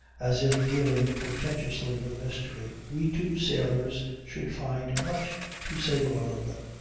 as if dealing portentously with a mystery, we two sailors should find much to say to one another.